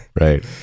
right